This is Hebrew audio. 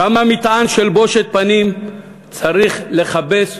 כמה מטען של בושת פנים צריך לכבס ולכבוש?